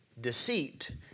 deceit